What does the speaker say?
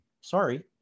Sorry